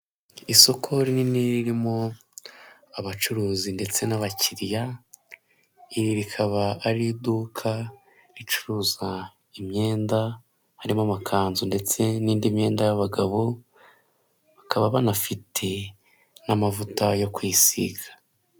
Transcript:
Isoko rinini ririmo abacuruzi ndetse n'abakiriya, iri rikaba ari iduka ricuruza imyenda harimo amakanzu ndetse n'indi myenda y'abagabo, bakaba banafite n'amavuta yo kwisiga.